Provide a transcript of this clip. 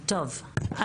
טוב,